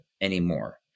anymore